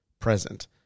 present –